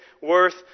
worth